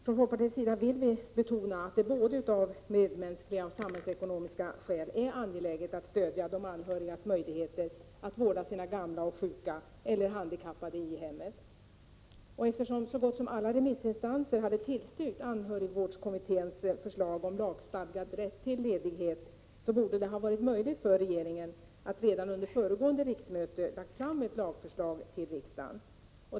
Folkpartiet vill betona att det både av medmänskliga och av samhällsekonomiska skäl är angeläget att stödja de anhöriga när det gäller möjligheter att vårda sina gamla och sjuka eller handikappade i hemmet. Eftersom så gott som alla remissinstanser hade tillstyrkt anhörigvårdskommitténs förslag om lagstadgad rätt till ledighet, borde det ha varit möjligt för regeringen att redan under föregående riksmöte ha lagt fram ett lagförslag för riksdagen.